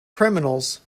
criminals